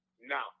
now